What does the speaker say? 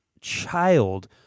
child